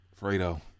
Fredo